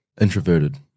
introverted